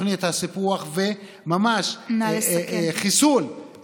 תוכנית הסיפוח וממש חיסול, נא לסכם.